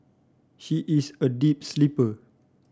she is a deep sleeper